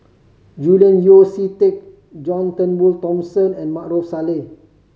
Julian Yeo See Teck John Turnbull Thomson and Maarof Salleh